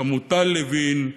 חמוטל לוין,